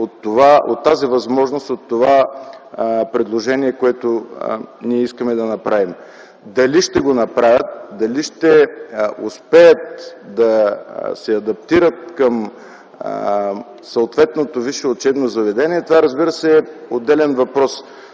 от тази възможност, от предложението, което искаме да направим. Дали ще го направят, дали ще успеят да се адаптират към съответното висше учебно заведение, това е отделен въпрос.